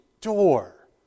door